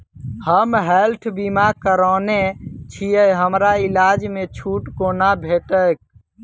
हम हेल्थ बीमा करौने छीयै हमरा इलाज मे छुट कोना भेटतैक?